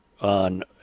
on